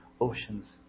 oceans